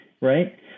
Right